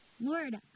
Lord